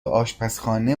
آشپزخانه